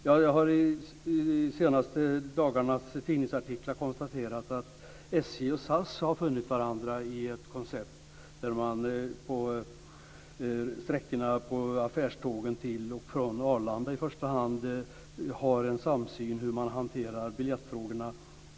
Jag har utifrån de senaste dagarnas tidningsartiklar konstaterat att SJ och SAS har funnit varandra i ett koncept. Man har för affärståg i första hand till och från Arlanda en samsyn vad gäller frågan om hur man hanterar biljetterna.